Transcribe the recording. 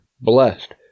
Blessed